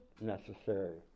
necessary